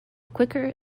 quicker